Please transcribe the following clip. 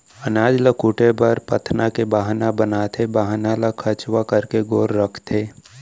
अनाज ल कूटे बर पथना के बाहना बनाथे, बाहना ल खंचवा करके गोल रखथें